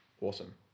Awesome